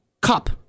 cup